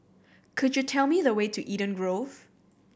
could you tell me the way to Eden Grove